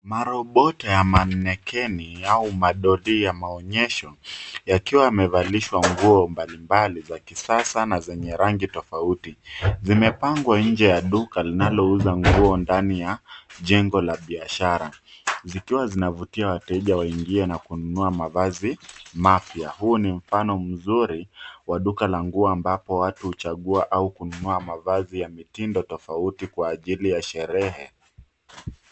Marobota ya manekeni au madoli ya maonyesho yakiwa yamevalishwa nguo mbalimbali za kisasa na zenye rangi tofauti. Zimepangwa nje ya duka linalouza nguo ndani ya jengo la biashara. Zikiwa zinavutia wateja waingie na kununua mavazi mapya. Huu ni mfano mzuri wa Duka la nguo ambapo watu huchagua au kununua mavazi ya mitindo tofauti kwa ajili ya sherehe.